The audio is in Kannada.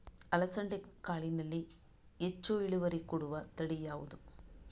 ಅಲಸಂದೆ ಕಾಳಿನಲ್ಲಿ ಹೆಚ್ಚು ಇಳುವರಿ ಕೊಡುವ ತಳಿ ಯಾವುದು?